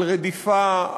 על רדיפה,